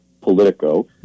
Politico